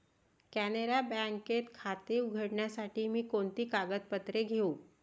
कॅनरा बँकेत खाते उघडण्यासाठी मी कोणती कागदपत्रे घेऊ?